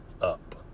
up